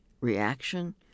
reaction